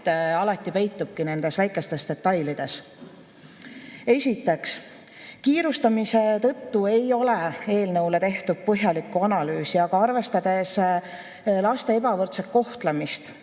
paharet peitubki alati väikestes detailides. Esiteks, kiirustamise tõttu ei ole eelnõule tehtud põhjalikku analüüsi, aga arvestades laste ebavõrdset kohtlemist,